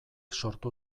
sortu